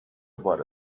about